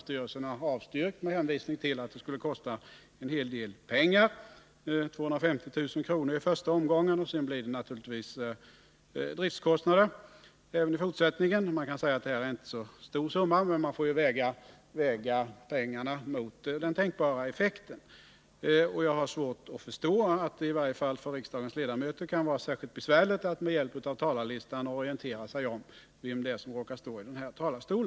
som har avstyrkt med hänvisning till att det skulle kosta en hel del pengar — 250 000 kr. i första omgången och sedan naturligtvis driftkostnader i fortsättningen. Man kan säga att det inte är en så stor summa, men man får väga pengarna mot den tänkbara effekten. Och jag har svårt att förstå att det i varje fall för riksdagens ledamöter kan vara särskilt besvärligt att med hjälp av talarlistan orientera sig om vem det är som står i denna talarstol.